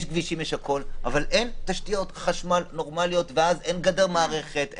כבישים וכולי אבל אין תשתיות חשמל נורמליות ואז אין גדר מערכת,